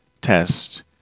test